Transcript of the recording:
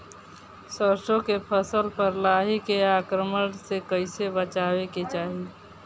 सरसो के फसल पर लाही के आक्रमण से कईसे बचावे के चाही?